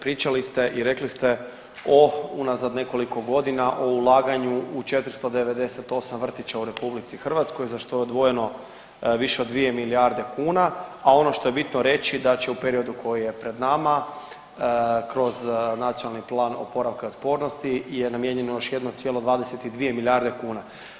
Pričali ste i rekli ste o unazad nekoliko godina o ulaganju u 498 vrtića u RH, za što je izdvojeno više od 2 milijarde kuna, a ono što je bitno reći da će u periodu koji je pred nama kroz Nacionalni plan oporavka i otpornosti je namijenjeno još 1,22 milijarde kuna.